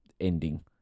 ending